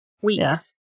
Weeks